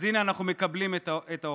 אז הינה, אנחנו מקבלים את ההוכחה.